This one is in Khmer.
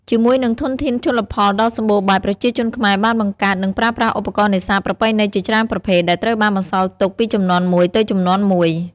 ជាមួយនឹងធនធានជលផលដ៏សម្បូរបែប ប្រជាជនខ្មែរបានបង្កើត និងប្រើប្រាស់ឧបករណ៍នេសាទប្រពៃណីជាច្រើនប្រភេទ ដែលត្រូវបានបន្សល់ទុកពីជំនាន់មួយទៅជំនាន់មួយ។